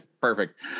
Perfect